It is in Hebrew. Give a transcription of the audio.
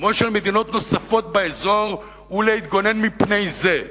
כמו של מדינות נוספות באזור, הוא להתגונן מפני זה.